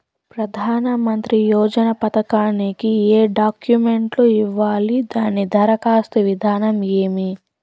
ప్రధానమంత్రి యోజన పథకానికి ఏ డాక్యుమెంట్లు ఇవ్వాలి దాని దరఖాస్తు విధానం ఏమి